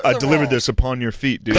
ah delivered this upon your feet, dude.